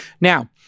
Now